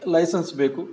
licence ಬೇಕು